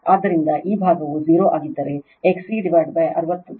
ಆದ್ದರಿಂದ ಈ ಭಾಗದ 0 ಆಗಿದ್ದರೆ XC69